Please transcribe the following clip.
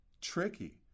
tricky